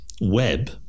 web